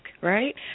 right